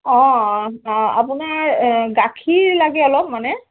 অঁ আপোনাৰ গাখীৰ লাগে অলপ মানে